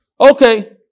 Okay